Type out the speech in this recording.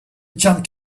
jumped